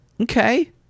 Okay